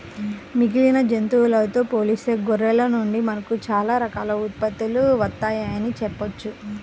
మిగిలిన జంతువులతో పోలిస్తే గొర్రెల నుండి మనకు చాలా రకాల ఉత్పత్తులు వత్తయ్యని చెప్పొచ్చు